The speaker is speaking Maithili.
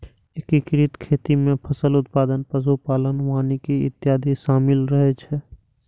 एकीकृत खेती मे फसल उत्पादन, पशु पालन, वानिकी इत्यादि शामिल रहै छै